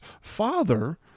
father